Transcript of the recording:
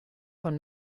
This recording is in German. von